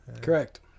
Correct